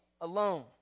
alone